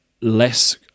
less